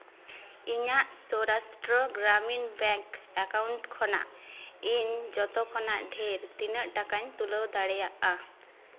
ᱤᱧᱟᱹᱜ Saurashtra Gramin bank account ᱠᱷᱚᱱᱟᱜ ᱤᱧ ᱡᱚᱛᱚ ᱠᱷᱚᱱᱟᱜ ᱰᱷᱮᱨ ᱛᱤᱱᱟᱹᱜ ᱴᱟᱠᱟᱧ ᱛᱩᱞᱟᱹᱣ ᱫᱟᱲᱮᱭᱟᱜᱼᱟ